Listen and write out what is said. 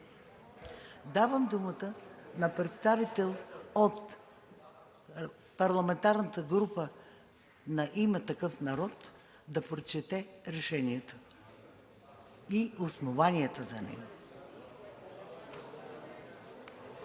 Давам думата на представител от парламентарната група на „Има такъв народ“ да прочете решението и основанията за него.